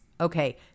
Okay